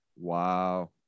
Wow